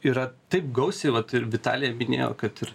yra taip gausiai vat ir vitalija minėjo kad ir